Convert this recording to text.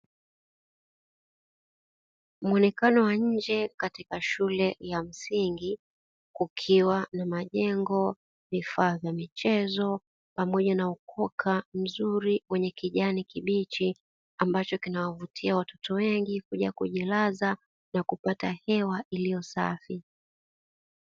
Muonekano wa nje katika shule ya msingi kukiwa na majengo vifaa vifaa vya michezo. Pamoja na ukoka mzuri wenye kijani kibichi ambacho kinawavutia watoto wengi kuja kujilaza na kupata hewa iliyosafi.